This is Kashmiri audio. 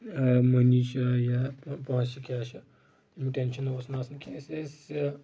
منی چھِ یا پونٛسہِ چھِ کیٛاہ چھِ یِم ٹٮ۪نشن اوس نہٕ آسان کینٛہہ أسۍ ٲسۍ